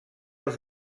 els